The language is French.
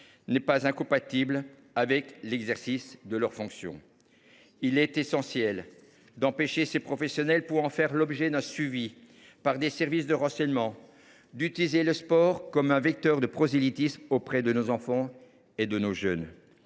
n’est pas incompatible avec l’exercice de leurs fonctions. Il est essentiel d’empêcher ces professionnels, dont certains font l’objet d’un suivi par les services de renseignement, d’utiliser le sport comme un vecteur de prosélytisme auprès de nos enfants et de nos jeunes.